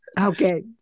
Okay